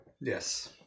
yes